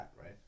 right